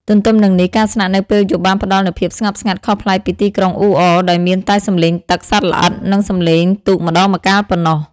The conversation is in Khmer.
ទទ្ទឹមនឹងនេះ ការស្នាក់នៅពេលយប់បានផ្ដល់នូវភាពស្ងប់ស្ងាត់ខុសប្លែកពីទីក្រុងអ៊ូអរ ដោយមានតែសំឡេងទឹក សត្វល្អិត និងសំឡេងទូកម្ដងម្កាលប៉ុណ្ណោះ។